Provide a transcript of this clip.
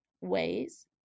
ways